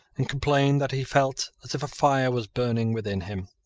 and complained that he felt as if a fire was burning within him.